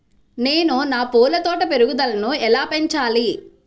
నేను నా పూల తోట పెరుగుదలను ఎలా పెంచాలి?